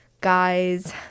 guys